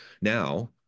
now